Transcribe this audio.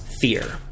fear